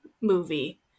movie